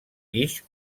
guix